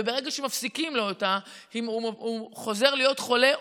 וברגע שמפסיקים לו אותה הוא חוזר להיות חולה.